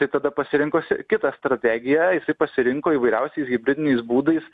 tai tada pasirinko is kitą strategiją jisai pasirinko įvairiausiais hibridiniais būdais